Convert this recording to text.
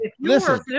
listen